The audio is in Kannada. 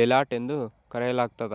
ಡೆಲಾಯ್ಟ್ ಎಂದು ಕರೆಯಲಾಗ್ತದ